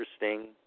interesting